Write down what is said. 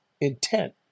intent